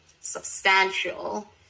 substantial